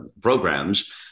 programs